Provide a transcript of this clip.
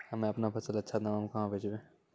हम्मे आपनौ फसल अच्छा दामों मे कहाँ बेचबै?